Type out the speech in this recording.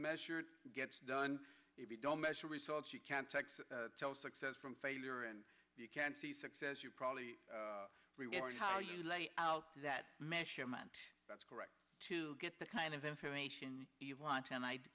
measured gets done if you don't measure results you can fax success from failure and you can see success you probably reward how you lay out that measurement that's correct to get the kind of information you want and i